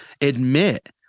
admit